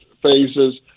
Phases